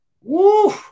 Woo